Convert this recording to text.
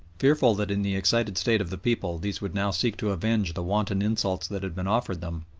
fearful that in the excited state of the people these would now seek to avenge the wanton insults that had been offered them,